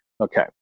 Okay